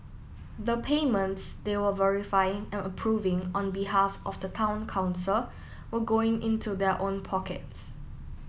the payments they were verifying and approving on behalf of the Town Council were going into their own pockets